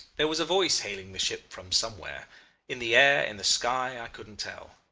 there was a voice hailing the ship from somewhere in the air, in the sky i couldn't tell.